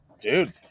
Dude